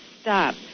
stop